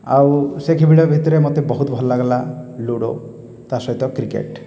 ଆଉ ସେ ଭିତରେ ମୋତେ ବହୁତ ଭଲ ଲାଗିଲା ଲୁଡୋ ତା' ସହିତ କ୍ରିକେଟ୍